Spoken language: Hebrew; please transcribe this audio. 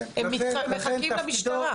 הם מחכים למשטרה.